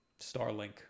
Starlink